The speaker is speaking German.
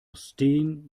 steen